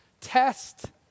test